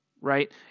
right